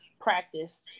practiced